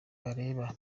bareba